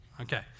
Okay